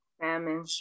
Salmon